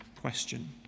question